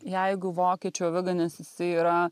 jeigu vokiečių aviganis jisai yra